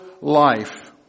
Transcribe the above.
life